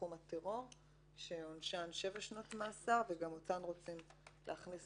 מתחום הטרור שעונשן שבע שנות מאסר וגם אותן רוצים להכניס